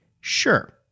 Sure